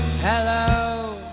Hello